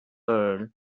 earl